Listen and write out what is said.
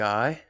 Guy